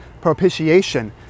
propitiation